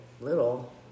Little